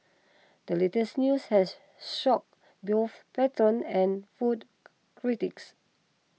the latest news has shocked both patrons and food critics